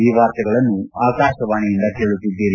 ಈ ವಾರ್ತೆಗಳನ್ನು ಆಕಾಶವಣೆಯಿಂದ ಕೇಳುತ್ತಿದ್ದೀರಿ